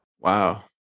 wow